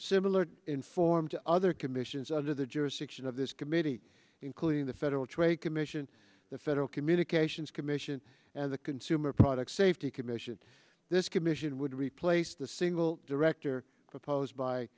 similar in form to other commissions under the jurisdiction of this committee including the federal trade commission the federal communications commission and the consumer product safety commission this commission would replace the single director proposed by